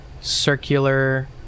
circular